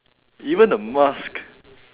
even the mask